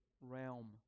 realm